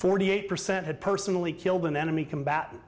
forty eight percent had personally killed an enemy combatant